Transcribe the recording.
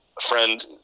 friend